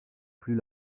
plus